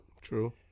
True